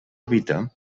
evita